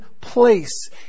place